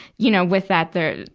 you know, with that there,